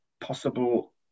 possible